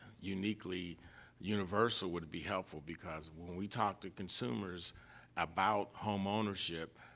uniquely universal would be helpful, because when we talk to consumers about homeownership,